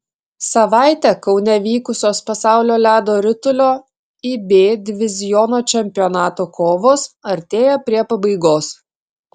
savaitę kaune vykusios pasaulio ledo ritulio ib diviziono čempionato kovos artėja prie pabaigos